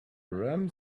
ram